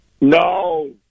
No